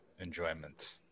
enjoyment